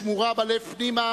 שמורה בלב פנימה